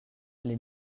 les